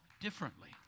differently